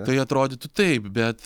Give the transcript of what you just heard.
tai atrodytų taip bet